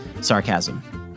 sarcasm